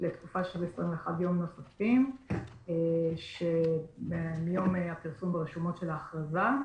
לתקופה של 21 יום נוספים מיום הפרסום של ההכרזה ברשומות.